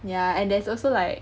yeah and there's also like